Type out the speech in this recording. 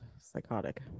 Psychotic